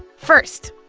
first,